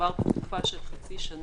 מדובר בתקופה של חצי שנה,